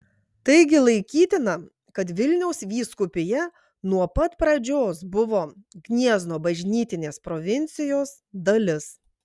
taigi laikytina kad vilniaus vyskupija nuo pat pradžios buvo gniezno bažnytinės provincijos dalis